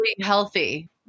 healthy